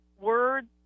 words